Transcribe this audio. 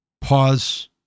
Pause